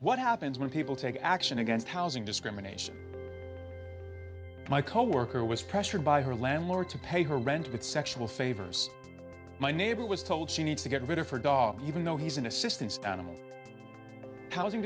what happens when people take action against housing discrimination my coworker was pressured by her landlord to pay her rent but sexual favors my neighbor was told she needs to get rid of her dog even though he's an assistance animal housing